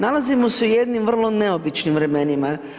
Nalazimo se u jednim vrlo neobičnim vremenima.